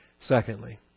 secondly